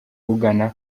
ugana